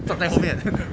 drop 在后面